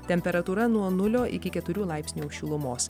temperatūra nuo nulio iki keturių laipsnių šilumos